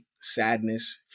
sadness